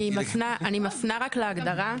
אני מפנה רק להגדרה.